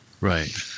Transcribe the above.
Right